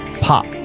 pop